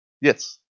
Yes